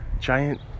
giant